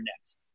next